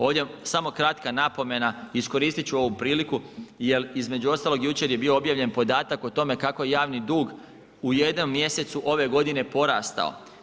Ovdje samo kratka napomena, iskoristit ću ovu priliku jel između ostalog jučer je bio objavljen podatak o tome kako je javni dug u jednom mjesecu ove godine porastao.